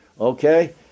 okay